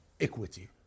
equity